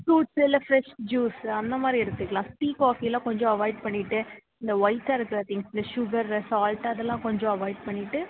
fruits இல்லை fresh juice அந்த மாதிரி எடுத்துக்கலாம் டீ காஃபி எல்லாம் கொஞ்சம் அவாய்ட் பண்ணிவிட்டு இந்த ஒயிட்டாக இருக்கிற திங்க்ஸ் இந்த சுகரு சால்ட்டு அதெல்லாம் கொஞ்சம் அவாய்ட் பண்ணிட்டு